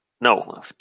no